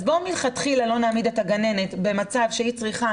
אז בואו מלכתחילה לא נעמיד את הגננת במצב שהיא צריכה